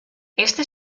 este